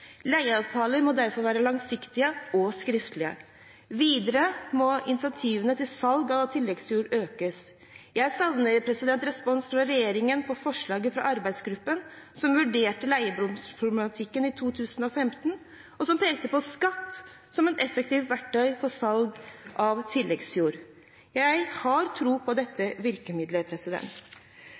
Leieavtaler må derfor være langsiktige og skriftlige. Videre må incentivene til salg av tilleggsjord styrkes. Jeg savner respons fra regjeringen på forslaget fra arbeidsgruppen som vurderte leiejordsproblematikken i 2015, og som pekte på skatt som et effektivt verktøy for salg av tilleggsjord. Jeg har tro på dette virkemiddelet.